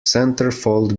centerfold